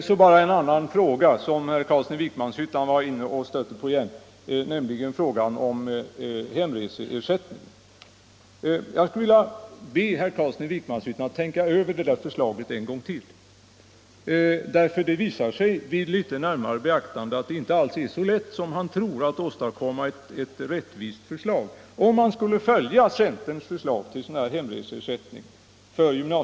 — Nr 83 En annan fråga, som herr Carlsson i Vikmanshyttan var inne och stötte Tisdagen den på igen, gäller hemreseersättningen. Jag skulle vilja be herr Carlsson 20 maj 1975 att tänka över det förslaget en gång till. Det visar sig nämligen vid litet mölla närmare beaktande att det inte är så lätt som man tror att åstadkomma Vuxenutbildningen, ett rättvist förslag. Centerns förslag till hemreseersättning för gymnam.m.